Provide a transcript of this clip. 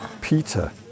Peter